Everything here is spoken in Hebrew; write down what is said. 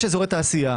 יש אזורי תעשייה